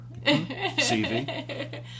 CV